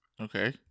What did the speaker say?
okay